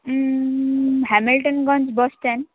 Hamiltonganj bus stand